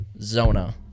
Zona